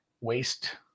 waste